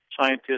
scientists